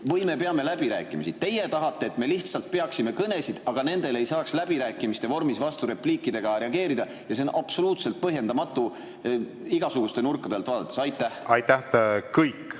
või me peame läbirääkimisi. Teie tahate, et me lihtsalt peaksime kõnesid, aga nendele ei saaks läbirääkimiste vormis vasturepliikidega reageerida. Ja see on absoluutselt põhjendamatu igasuguste nurkade alt vaadates. Aitäh! Kõik